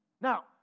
Now